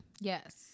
Yes